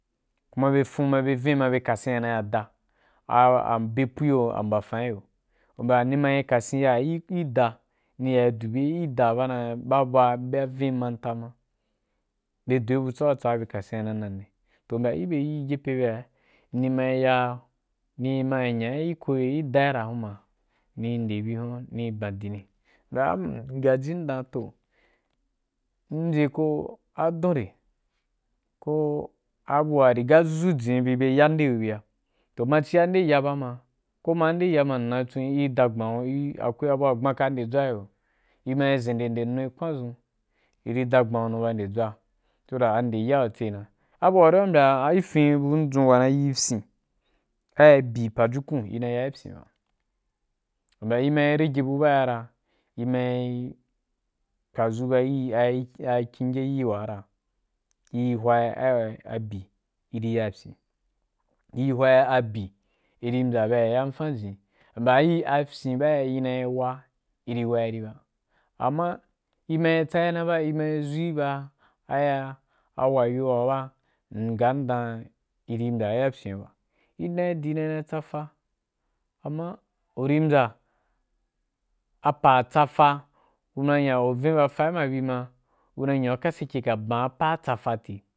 Kuma be fun ma be vinni ma be kasen na ya da a mbepu iyo a mbafan iyo mbya mma kasenya kih da niya dube gi da ba baa ba vinni ma bu dube butso tsatsa ba be kasen ya na na nne toh u mbya yii gepe aga nima yaa nima ya nya gi koye gi dai ra hunma ni nde bi hun ni ban dini mbya am m gaji m dan toh m mbye ko adon re ko abna riga dʒu jini bi be ya nde biya toh ma cia nde ya bama ko ma ndeya ma m na con i dagban i akwai abua gbanka ndedʒwa giyo? I mai ʒende nde nnui kwandʒun iri dagbanho don ba ndedʒwa so that ndeya ga ku tsee na abuari u mbya i fan abu ndʒun wa na yi fyen ai bi pajukun ina yai pyen ba u mbya i mai rege abon baa gona i mau pwadʒu ba yi a kinye yi waa i hwa ai ba bii iri ya pyen ri hwa abi i ri mbya byea ya fan fan jini u mbya ayi afyen ba ina waa iri wai di ba amma i mai tsai na ba i ma dʒui ba a wayo waga ba m gan dara iri mbya wa yaya ku pyen ba i don yi dii dan i tsafa fa amma u ri mbya apa a tsa fa kuna nya u vin ba fa bima kuna nya kuka sake ka ban apa tsa fa tii.